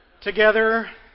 Together